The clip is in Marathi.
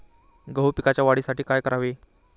गहू पिकाच्या वाढीसाठी काय करावे?